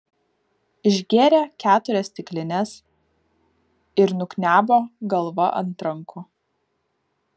išgėrė keturias stiklines ir nuknebo galva ant rankų